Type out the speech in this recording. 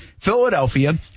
Philadelphia